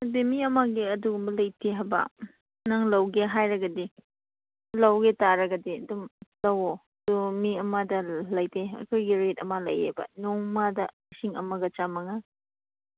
ꯍꯥꯏꯗꯤ ꯃꯤ ꯑꯃꯒꯤ ꯑꯗꯨꯒꯨꯝꯕ ꯂꯩꯇꯦ ꯍꯥꯏꯕ ꯅꯪ ꯂꯧꯒꯦ ꯍꯥꯏꯔꯒꯗꯤ ꯂꯧꯒꯦ ꯇꯥꯔꯒꯗꯤ ꯑꯗꯨꯝ ꯂꯧꯋꯣ ꯑꯗꯨ ꯃꯤ ꯑꯃꯗ ꯂꯩꯇꯦ ꯑꯩꯈꯣꯏꯒꯤ ꯔꯦꯠ ꯑꯃ ꯂꯩꯌꯦꯕ ꯅꯣꯡꯃꯗ ꯂꯤꯁꯤꯡ ꯑꯃꯒ ꯆꯥꯝ ꯃꯉꯥ